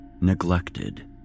neglected